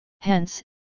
Hence